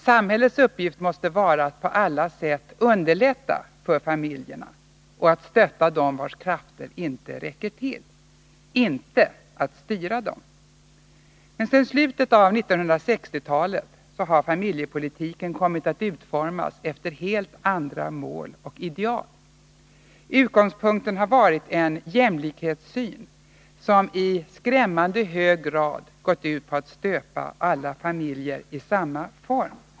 Samhällets uppgift måste vara att på alla sätt underlätta för familjerna och att stötta dem vilkas krafter inte räcker till — inte att styra dem. Sedan slutet av 1960-talet har familjepolitiken kommit att utformas efter helt andra mål och ideal. Utgångspunkten har varit en jämlikhetssyn, som i skrämmande hög grad gått ut på att stöpa alla familjer i samma form.